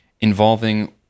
involving